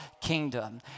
kingdom